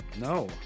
No